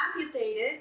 amputated